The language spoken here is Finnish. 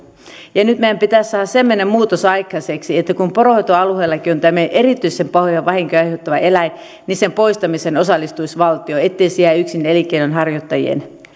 ja nyt meidän pitäisi saada semmoinen muutos aikaiseksi että kun poronhoitoalueella on tämmöinen erityisen pahoja vahinkoja aiheuttava eläin niin sen poistamiseen osallistuisi valtio ettei se jää yksin elinkeinonharjoittajien